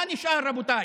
מה נשאר, רבותיי?